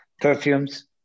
perfumes